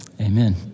Amen